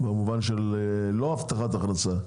לא במובן של הבטחת הכנסה,